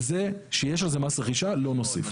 את זה, שיש על זה מס רכישה, לא נוסיף.